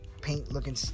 paint-looking